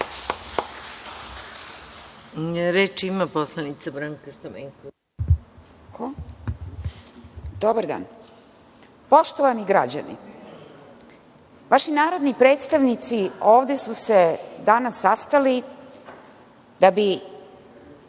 Reč ima poslanica Branka Stamenković.